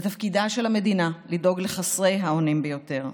זה תפקידה של המדינה לדאוג לחסרי האונים ביותר.